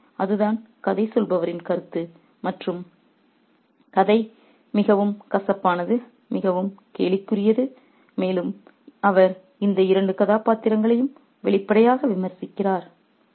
ஆகவே அதுதான் கதை சொல்பவரின் கருத்து மற்றும் கதை மிகவும் கசப்பானது மிகவும் கேலிக்குரியது மேலும் அவர் இந்த இரண்டு கதாபாத்திரங்களையும் வெளிப்படையாக விமர்சிக்கிறார்